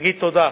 להגיד תודה,